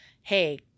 hey